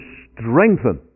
strengthen